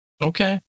okay